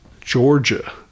Georgia